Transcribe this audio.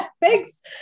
thanks